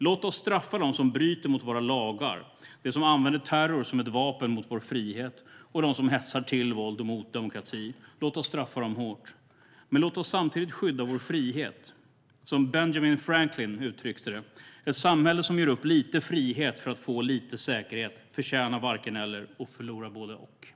Låt oss straffa dem som bryter mot våra lagar, dem som använder terror som ett vapen mot vår frihet och dem som hetsar till våld mot demokrati. Låt oss straffa dem hårt. Men låt oss samtidigt skydda vår frihet. Som Benjamin Franklin uttryckte det: Ett samhälle som ger upp lite frihet för att få lite säkerhet förtjänar varken eller och förlorar både och.